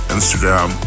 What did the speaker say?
Instagram